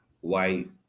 white